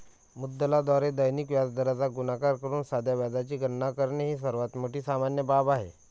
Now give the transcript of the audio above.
मुद्दलाद्वारे दैनिक व्याजदराचा गुणाकार करून साध्या व्याजाची गणना करणे ही सर्वात सामान्य बाब आहे